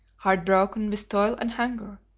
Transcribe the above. heart-broken with toil and hunger,